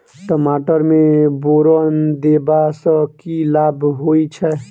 टमाटर मे बोरन देबा सँ की लाभ होइ छैय?